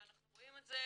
ואנחנו רואים את זה